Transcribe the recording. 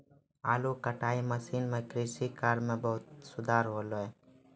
आलू कटाई मसीन सें कृषि कार्य म बहुत सुधार हौले